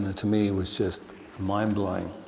to me was just mind-blowing,